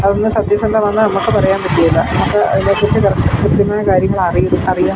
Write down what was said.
അതൊന്ന് സത്യസന്ധമാണെന്ന് നമ്മൾക്ക് പറയാൻ പറ്റുകയില്ല അപ്പം അതിന് അനുസരിച്ചു നാം കൃത്യമായ കാര്യങ്ങൾ അറിയാൻ